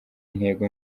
intego